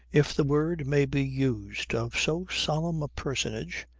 if the word may be used of so solemn a personage,